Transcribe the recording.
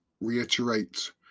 reiterate